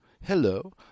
hello